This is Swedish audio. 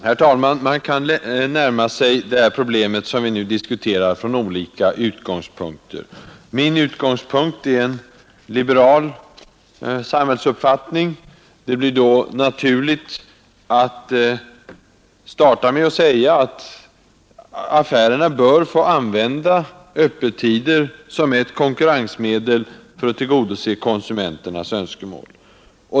Herr talman! Man kan närma sig det problem som vi nu diskuterar från olika utgångspunkter. Min utgångspunkt är en liberal samhällsuppfattning. Det blir då naturligt att säga, att affärerna bör få använda öppettider som ett konkurrensmedel för att tillgodose konsumenternas önskemål.